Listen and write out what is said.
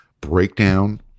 breakdown